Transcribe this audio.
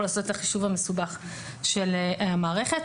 לעשות את החישוב המסובך של המערכת.